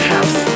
House